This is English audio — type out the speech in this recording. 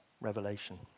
Revelation